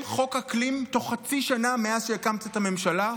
חוק אקלים תוך חצי שנה מאז שהקמתם את הממשלה?